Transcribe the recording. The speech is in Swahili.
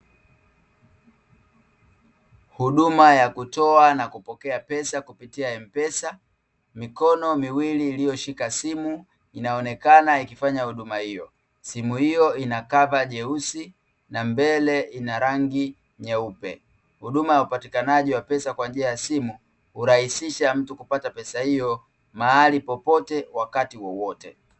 Huduma ya kutoa na kupokea pesa kupitia M-PESA, mikono miwili iliyoshika simu inaonekana ikifanya huduma hiyo, simu hiyo ina kava jeusi na mbele ina rangi nyeupe, huduma ya upatikanaji wa pesa kwa njia ya simu hurahisisha mtu kupata pesa hiyo mahali popote, wakati wowote.